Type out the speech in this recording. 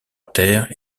terre